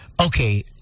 okay